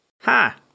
Ha